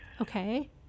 Okay